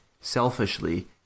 selfishly